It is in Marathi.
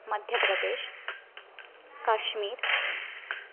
मध्यप्रदेश काश्मीर